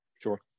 Sure